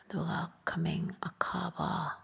ꯑꯗꯨꯒ ꯈꯥꯃꯦꯟ ꯑꯈꯥꯕ